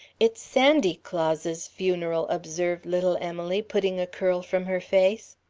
it's sandy claus's funeral, observed little emily putting a curl from her face.